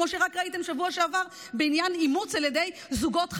כמו שראיתם רק בשבוע שעבר בעניין אימוץ על ידי זוגות חד-מיניים.